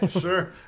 Sure